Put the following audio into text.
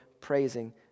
praising